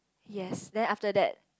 yes then after that